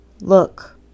look